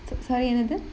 sorry என்னது:ennathu